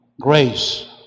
grace